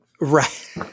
Right